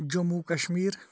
Jammu Kashmir